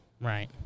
Right